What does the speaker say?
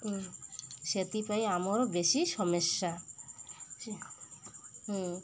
ସେଥିପାଇଁ ଆମର ବେଶି ସମସ୍ୟା